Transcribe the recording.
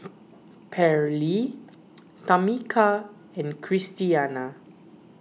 Pairlee Tamika and Christiana